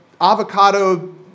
avocado